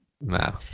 No